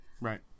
Right